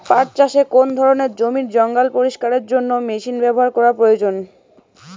পাট চাষে কোন ধরনের জমির জঞ্জাল পরিষ্কারের জন্য মেশিন ব্যবহার করা প্রয়োজন?